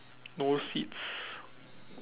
no seats